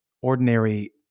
ordinary